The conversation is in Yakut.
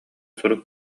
сурук